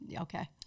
Okay